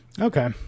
Okay